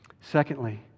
Secondly